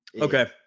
Okay